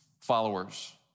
followers